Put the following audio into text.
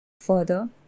Further